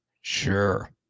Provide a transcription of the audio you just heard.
Sure